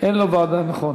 אין לו ועדה, נכון.